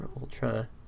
Ultra